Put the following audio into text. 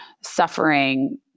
suffering